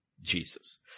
Jesus